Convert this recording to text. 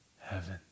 heaven